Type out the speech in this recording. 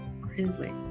Grizzly